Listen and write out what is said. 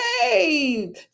Hey